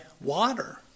water